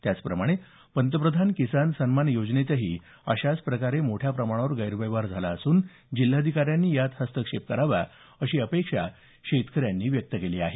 त्याचप्रमाणे पंतप्रधान किसान सन्मान योजनेतही अशाच प्रकारे मोठ्या प्रमाणावर गैरव्यवहार झाला असून जिल्हाधिकाऱ्यांनी यात हस्तक्षेप करावा अशी अपेक्षा शेतकऱ्यांनी व्यक्त केली आहे